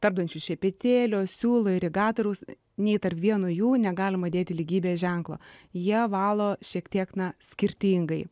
tarpdančių šepetėlio siūlo irigatoriaus nei tarp vieno jų negalima dėti lygybės ženklo jie valo šiek tiek na skirtingai